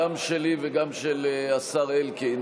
גם שלי וגם של השר אלקין.